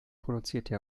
produzierte